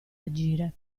agire